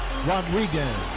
Rodriguez